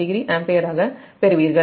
90 ampere ஆக நீங்கள் பெறுவீர்கள்